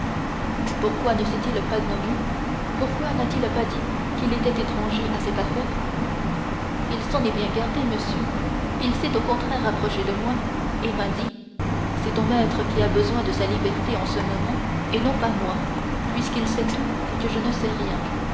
pourquoi ne s'est-il pas nommé pourquoi n'a-t-il pas dit qu'il était étranger à cette affaire il s'en est bien gardé monsieur il s'est au contraire approché de moi et m'a dit c'est ton maître qui a besoin de sa liberté en ce moment et non pas moi puisqu'il sait tout et que je ne sais rien